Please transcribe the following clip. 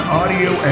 audio